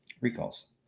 Recalls